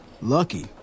Lucky